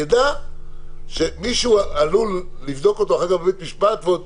יידע שמישהו עלול לבדוק אותו אחר כך בבית משפט ועוד